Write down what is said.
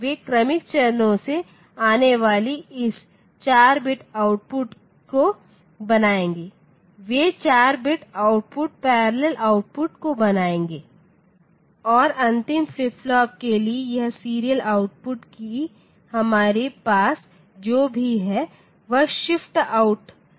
वे क्रमिक चरणों से आने वाले इस 4 बिट आउटपुट को बनाएंगे वे 4 बिट आउटपुट पैरेलल आउटपुट को बनेयेंगे और अंतिम फ्लिप फ्लॉप के लिए यह सीरियल आउटपुट कि हमारे पास जो कुछ भी है वह शिफ्टआउट